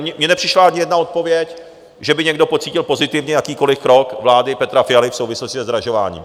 Mně nepřišla ani jedna odpověď, že by někdo pocítil pozitivně jakýkoliv krok vlády Petra Fialy v souvislosti se zdražováním.